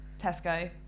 Tesco